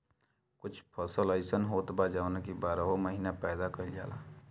कुछ फसल अइसन होत बा जवन की बारहो महिना पैदा कईल जाला